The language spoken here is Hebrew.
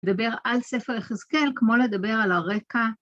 לדבר על ספר יחזקאל כמו לדבר על הרקע.